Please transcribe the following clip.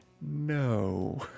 no